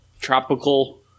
tropical